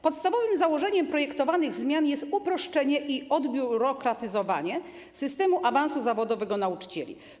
Podstawowym założeniem projektowanych zmian jest uproszczenie i odbiurokratyzowanie systemu awansu zawodowego nauczycieli.